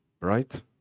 Right